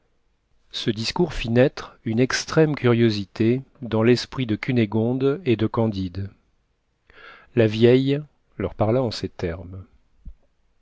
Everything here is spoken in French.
ce discours fit naître une extrême curiosité dans l'esprit de cunégonde et de candide la vieille leur parla en ces termes